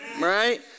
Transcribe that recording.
right